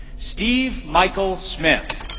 steve michael smith.